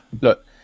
look